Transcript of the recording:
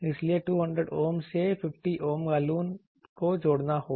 इसलिए 200 Ohm से 50 Ohm balun को जोड़ना होगा